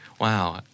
wow